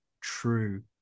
true